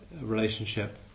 relationship